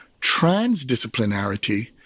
Transdisciplinarity